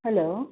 hello